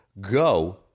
go